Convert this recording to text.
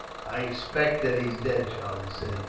i expect that he's dead, charlie said.